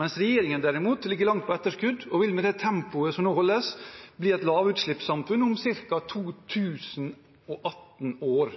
Regjeringen ligger derimot langt på etterskudd, og Norge vil – med det tempoet som nå holdes – bli et lavutslippssamfunn om ca. 2018 år,